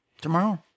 tomorrow